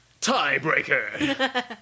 Tiebreaker